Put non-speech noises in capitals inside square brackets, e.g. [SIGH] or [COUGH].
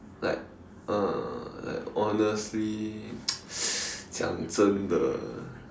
like uh like honestly [NOISE] 讲真的